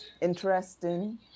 interesting